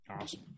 Awesome